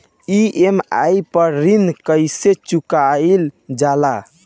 EMI पर ऋण कईसे चुकाईल जाला?